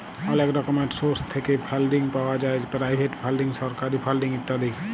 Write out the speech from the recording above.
অলেক রকমের সোর্স থ্যাইকে ফাল্ডিং পাউয়া যায় পেরাইভেট ফাল্ডিং, সরকারি ফাল্ডিং ইত্যাদি